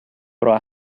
però